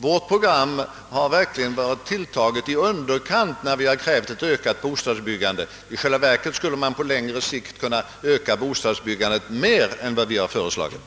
Vårt program har verkligen varit tilltaget i underkant när vi krävt ett ökat bostadsbyggande. I själva verket skulle man på längre sikt kunna öka bostadsbyggandet mer än vi har föreslagit.